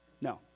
No